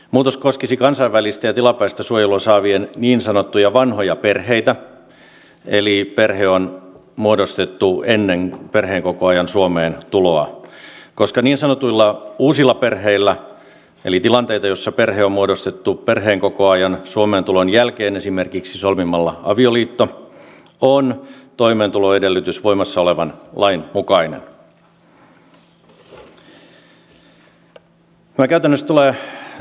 muutos koskisi kansainvälistä ja tilapäistä suojelua saavien niin sanottuja vanhoja perheitä eli tilanteita joissa perhe on muodostettu ennen perheenkokoajan suomeen tuloa koska niin sanotuilla uusilla perheillä eli tilanteissa joissa perhe on muodostettu perheenkokoajan suomeen tulon jälkeen esimerkiksi solmimalla avioliitto on toimeentuloedellytys voimassa olevan lain mukainen